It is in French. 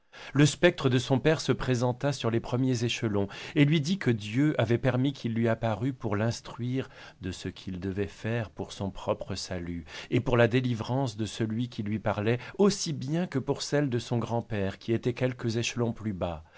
le spectre de son père se présenta sur les premiers échelons et lui dit que dieu avait permis qu'il lui apparut pour l'instruire de ce qu'il devait faire pour son propre salut et pour la délivrance de celui qui lui parlait aussi bien que pour celle de son grand-père qui était quelques échelons plus bas